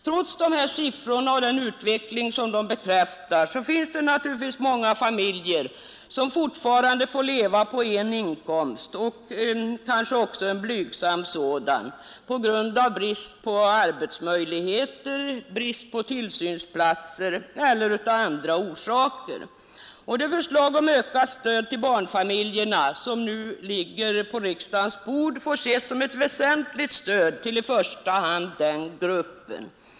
Trots de här siffrorna och den utveckling de bekräftar finns det naturligtvis många familjer som fortfarande måste leva på bara en inkomst — och kanske också en blygsam sådan — på grund av brist på arbetsmöjligheter, brist på tillsynsplatser eller av andra orsaker. Det förslag om ökat stöd till barnfamiljerna som nu ligger på riksdagens bord får ses som väsentligen avsett för den gruppen.